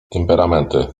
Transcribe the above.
temperamenty